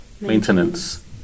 Maintenance